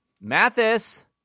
Mathis